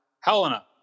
Helena